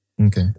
Okay